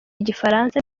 igifaransa